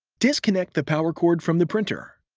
disconnect the power cord from the printer.